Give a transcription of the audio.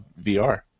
VR